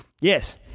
Yes